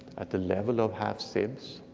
at the level of half seeds.